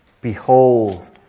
Behold